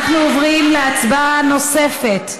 אנחנו עוברים להצבעה נוספת,